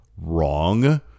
wrong